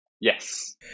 Yes